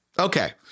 Okay